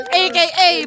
aka